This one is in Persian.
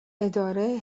اداره